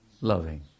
Loving